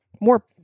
more